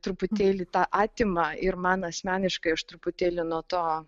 truputėlį tą atima ir man asmeniškai aš truputėlį nuo to